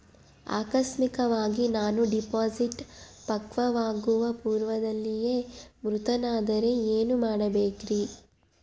ಆಕಸ್ಮಿಕವಾಗಿ ನಾನು ಡಿಪಾಸಿಟ್ ಪಕ್ವವಾಗುವ ಪೂರ್ವದಲ್ಲಿಯೇ ಮೃತನಾದರೆ ಏನು ಮಾಡಬೇಕ್ರಿ?